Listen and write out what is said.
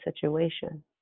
situation